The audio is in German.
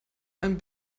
ein